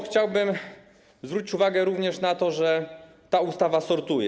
Chciałbym zwrócić uwagę również na to, że ta ustawa sortuje.